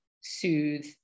soothe